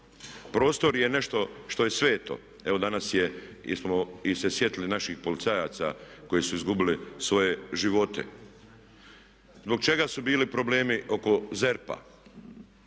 Prostor je nešto što je sveto. Evo danas smo se sjetili naših policajaca koji su izgubili svoje živote. Zbog čega su bili problemi oko ZERP-a?